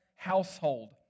Household